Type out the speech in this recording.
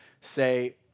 say